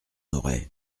aurais